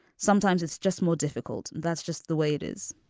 sometimes it's just more difficult. that's just the way it is.